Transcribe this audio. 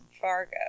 Fargo